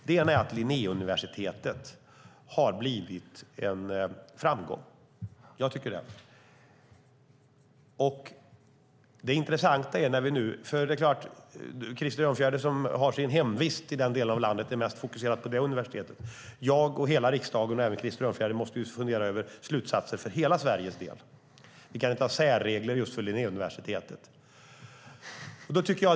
Den ena är att Linnéuniversitetet har blivit en framgång. Jag tycker det. Det är klart att Krister Örnfjäder, som har sin hemvist i den delen av landet, är mest fokuserad på det universitetet. Jag och hela riksdagen, och även Krister Örnfjäder, måste dock fundera över slutsatser för hela Sveriges del. Vi kan inte ha särregler just för Linnéuniversitetet.